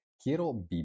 quiero